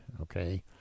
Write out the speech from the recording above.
okay